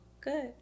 Good